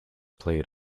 played